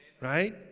right